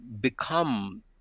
become